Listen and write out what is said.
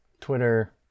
Twitter